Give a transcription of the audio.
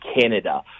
Canada